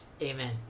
Amen